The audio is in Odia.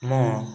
ମୋ